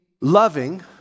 loving